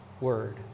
word